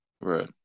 Right